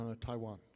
Taiwan